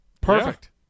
Perfect